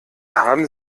haben